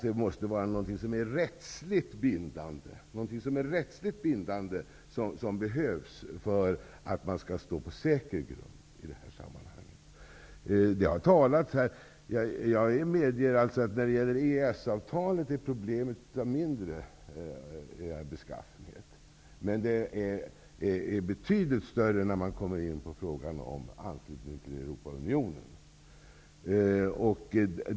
Det måste alltså till något som är rättsligt bindande för att man skall stå på säker grund i det här sammanhanget. Jag medger att när det gäller EES-avtalet är problemet av mindre beskaffenhet. Det är betydligt större när man kommer in på frågan om anslutning till Europaunionen.